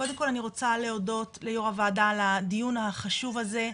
קודם כל אני רוצה להודות ליו"ר הוועדה על הדיון החשוב הזה,